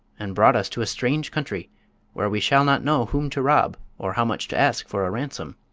and brought us to a strange country where we shall not know whom to rob or how much to ask for a ransom.